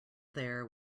there